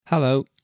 Hello